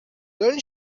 دارین